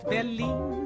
Berlin